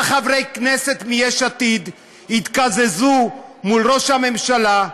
חברי כנסת מיש עתיד יתקזזו מול ראש הממשלה,